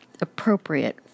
appropriate